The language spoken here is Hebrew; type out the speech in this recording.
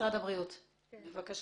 משרד הבריאות, בבקשה.